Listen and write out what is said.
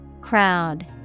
Crowd